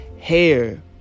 hair